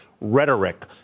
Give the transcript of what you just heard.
rhetoric